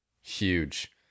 Huge